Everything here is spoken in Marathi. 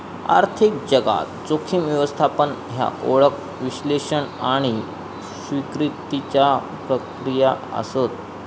आर्थिक जगात, जोखीम व्यवस्थापन ह्या ओळख, विश्लेषण आणि स्वीकृतीच्या प्रक्रिया आसत